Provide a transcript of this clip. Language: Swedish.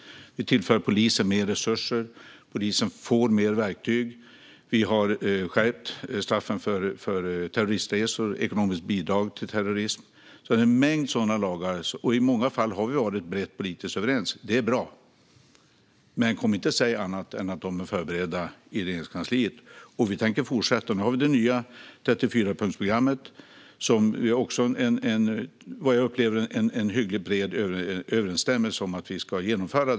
Vi tillför polisen mer resurser. Polisen får fler verktyg. Vi har skärpt straffen för terroristresor och ekonomiska bidrag till terrorism. Det finns en mängd sådana lagar. I många fall har vi varit brett politiskt överens, och det är bra. Men kom inte och säg annat än att lagarna har förberetts i Regeringskansliet! Och vi tänker fortsätta. Nu har vi det nya 34-punktsprogrammet. Där upplever jag att vi har en hyggligt bred överensstämmelse när det gäller att vi ska genomföra det.